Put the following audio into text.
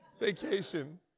Vacation